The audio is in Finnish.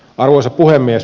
arvoisa puhemies